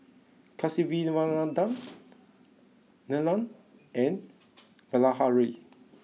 Kasiviswanathan Neelam and Bilahari